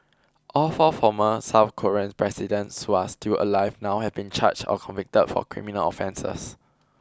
all four former South Korean presidents who are still alive have now been charged or convicted for criminal offences